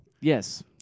Yes